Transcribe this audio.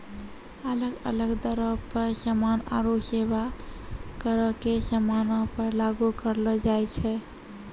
अलग अलग दरो पे समान आरु सेबा करो के समानो पे लागू करलो जाय छै